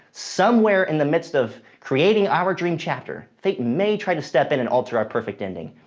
somewhere in the midst of creating our dream chapter, fate may try to step in and alter our perfect ending.